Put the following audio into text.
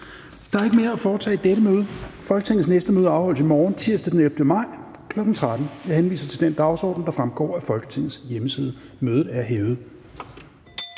Der er ikke mere at foretage i dette møde. Folketingets næste møde afholdes i morgen, tirsdag den 11. maj 2021, kl. 13.00. Jeg henviser til den dagsorden, der fremgår af Folketingets hjemmeside. Mødet er hævet.